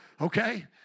okay